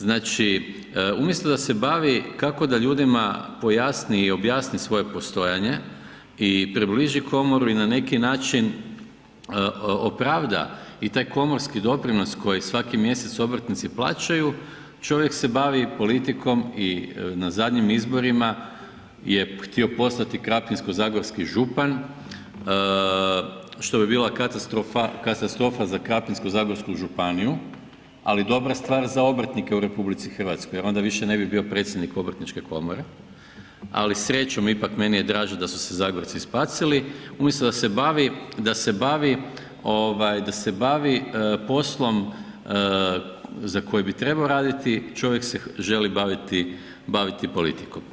Znači umjesto da se bavi kako da ljudima pojasni i objasni svoje postojanje i približi komoru i na neki način opravda i taj komorski doprinos koji svaki mjesec obrtnici plaćaju čovjek se bavi i politikom i na zadnjim izborima je htio postati krapinsko-zagorski župan što bi bila katastrofa za Krapinsko-zagorsku županiju ali dobra stvar za obrtnike u RH jer onda više ne bi bio predsjednik Obrtničke komore, ali srećom, ipak meni je draže da su se Zagorci spasili umjesto da se bavi poslom za koji bi trebao raditi, čovjek se želi baviti politikom.